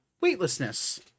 weightlessness